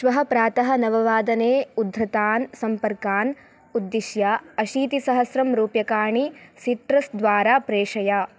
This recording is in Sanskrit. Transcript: श्वः प्रातः नववादने उद्धृतान् सम्पर्कान् उद्दिश्य अशीतिसहस्त्रं रूप्यकाणि सिट्रस् द्वारा प्रेषय